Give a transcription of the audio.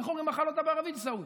איך אומרים אכל אותה בערבית, עיסאווי?